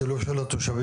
השילוב של התושבים.